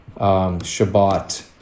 Shabbat